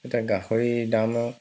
এতিয়া গাহৰি দামো